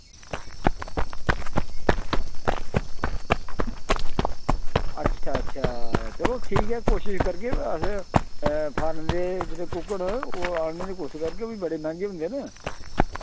अच्छा अच्छा चलो ठीक ऐ कोशिश करगे अस फारन दे जेह्ड़े कुक न ओह् वी बड़े मैहंगे होंदे न